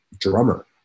drummer